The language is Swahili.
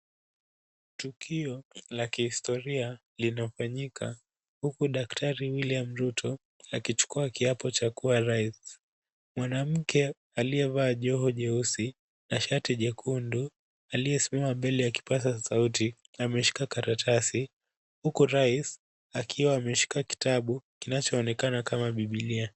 Tukio la kihistoria linafanyika huku daktari William Ruto akichukua kiapo cha kuwa rais. Mwanamke aliyevaa joho jeusi na shati jekundu, aliyesimama mbele ya kipaza sauti ameshika karatasi, huku rais akiwa ameshika kitabu kinachoonekana kama bibilia.